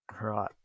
Right